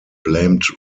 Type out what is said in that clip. blamed